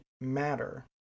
matter